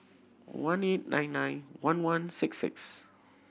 one eight nine nine one one six six